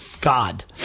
God